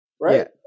right